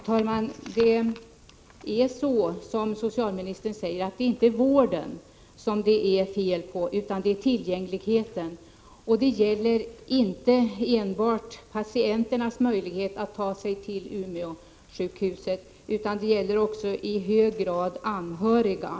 Herr talman! Som socialministern säger är det inte vården det är fel på, utan tillgängligheten. Det gäller inte enbart patienternas möjlighet att ta sig till Umeåsjukhuset, utan det gäller också i hög grad de anhörigas.